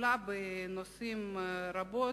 וטיפלה בנושאים רבות,